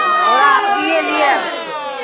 हमरा अकतिये लियैके छै